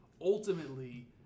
ultimately